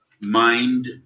Mind